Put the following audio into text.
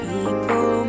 People